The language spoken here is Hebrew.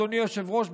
אדוני היושב-ראש,